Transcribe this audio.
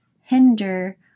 hinder